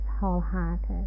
wholehearted